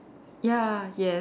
ya yes